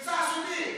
מבצע סודי.